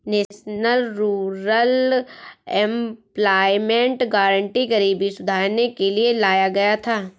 national rural employment guarantee गरीबी सुधारने के लिए लाया गया था